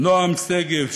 נועם שגב,